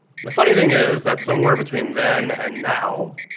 and the funny thing is that somewhere between then and now,